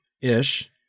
ish